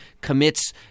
commits